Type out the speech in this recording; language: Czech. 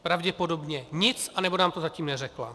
Pravděpodobně nic, anebo nám to zatím neřekla.